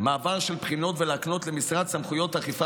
מעבר של בחינות ולהקנות למשרד סמכויות אכיפה